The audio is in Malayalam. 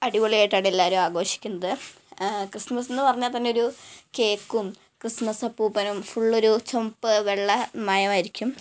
അടിപൊളിയായിട്ടാണ് എല്ലാവരും ആഘോഷിക്കുന്നത് ക്രിസ്മസെന്ന് പറഞ്ഞാൽ തന്നെയൊരു കേക്കും ക്രിസ്മസ് അപ്പൂപ്പനും ഫുള്ളൊരു ചുവപ്പ് വെള്ള മയമായിരിക്കും